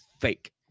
Fake